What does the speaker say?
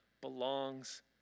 belongs